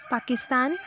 Pakistan